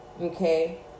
okay